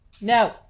no